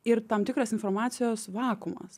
ir tam tikras informacijos vakuumas